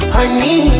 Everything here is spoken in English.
Honey